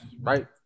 right